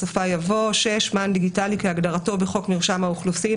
בסופה יבוא: "6.מען דיגיטלי כהגדרתו בחוק מרשם האוכלוסין,